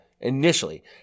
initially